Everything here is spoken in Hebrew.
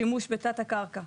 אם זה יהיה בשימוש בתת הקרקע.